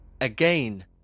Again